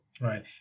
Right